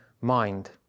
mind